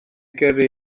gyrru